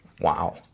Wow